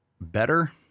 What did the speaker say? Better